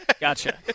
Gotcha